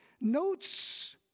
notes